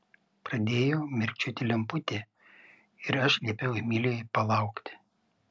pradėjo mirkčioti lemputė ir aš liepiau emilijai palaukti